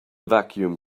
vacuum